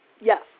Yes